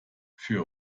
für